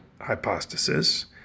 hypostasis